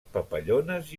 papallones